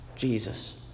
Jesus